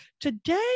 today